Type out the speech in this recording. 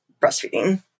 breastfeeding